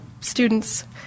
students